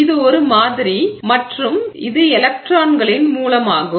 இது ஒரு மாதிரி பதக்கூறு மற்றும் இது எலக்ட்ரான்களின் மூலமாகும்